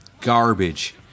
Garbage